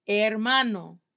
hermano